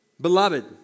Beloved